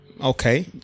okay